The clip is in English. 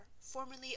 formerly